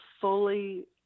fully –